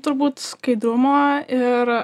turbūt skaidrumo ir